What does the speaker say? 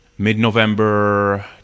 Mid-November